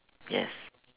yes